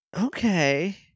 Okay